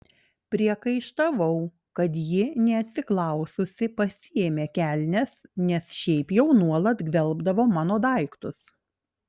priekaištavau kad ji neatsiklaususi pasiėmė kelnes nes šiaip jau nuolat gvelbdavo mano daiktus